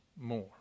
more